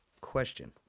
Question